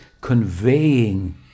conveying